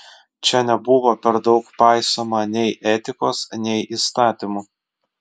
čia nebuvo per daug paisoma nei etikos nei įstatymų